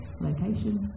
location